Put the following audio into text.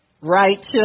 Right